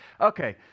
Okay